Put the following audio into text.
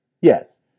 Yes